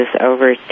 over